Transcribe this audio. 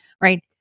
right